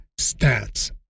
stats